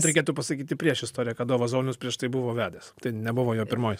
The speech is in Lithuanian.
reikėtų pasakyti priešistorę kad dovas zaunius prieš tai buvo vedęs tai nebuvo jo pirmoji